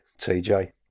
TJ